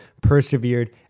persevered